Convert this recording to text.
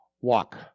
walk